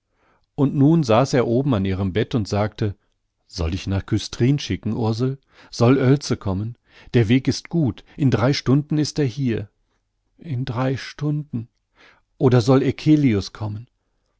und nun saß er oben an ihrem bett und sagte soll ich nach küstrin schicken ursel soll oelze kommen der weg ist gut in drei stunden ist er hier in drei stunden oder soll eccelius kommen